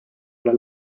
ole